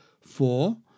four